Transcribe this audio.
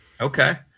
Okay